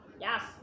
yes